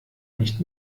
nicht